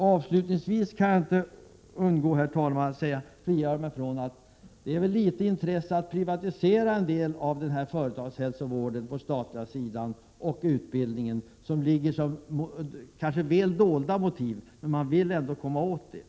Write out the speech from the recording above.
Avslutningsvis kan jag inte frigöra mig från tanken att intresset för att privatisera en del av utbildningen finns bakom dessa ståndpunkter — som mer eller mindre väl dolda motiv.